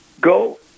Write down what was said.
go